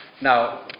Now